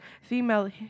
female